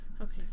Okay